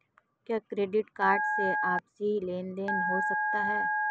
क्या credit card से आपसी लेनदेन हो सकता है?